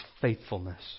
faithfulness